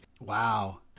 Wow